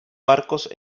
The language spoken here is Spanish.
barcos